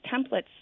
templates